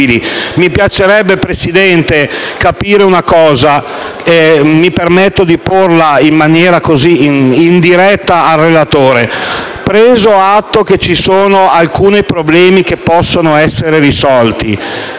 Mi piacerebbe, Presidente, fare una domanda che mi permetto di porre in maniera indiretta al relatore. Preso atto che ci sono alcuni problemi che possono essere risolti,